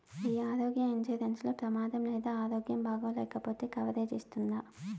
ఈ ఆరోగ్య ఇన్సూరెన్సు లో ప్రమాదం లేదా ఆరోగ్యం బాగాలేకపొతే కవరేజ్ ఇస్తుందా?